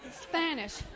Spanish